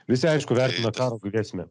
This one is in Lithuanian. visi aišku vertina karo grėsmę